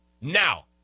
Now